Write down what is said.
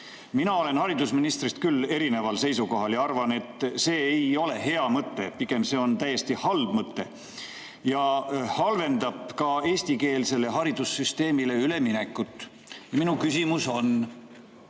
Mina olen haridusministrist küll erineval seisukohal ja arvan, et see ei ole hea mõte, pigem see on täiesti halb mõte ja halvendab ka eestikeelsele haridussüsteemile üleminekut. Minu küsimus on: